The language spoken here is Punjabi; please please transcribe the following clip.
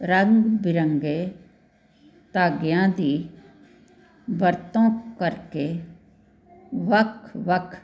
ਰੰਗ ਬਿਰੰਗੇ ਧਾਗਿਆਂ ਦੀ ਵਰਤੋਂ ਕਰਕੇ ਵੱਖ ਵੱਖ